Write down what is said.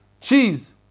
Cheese